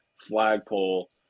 flagpole